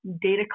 data